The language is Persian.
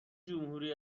جمهوری